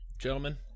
gentlemen